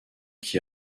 qui